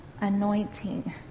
anointing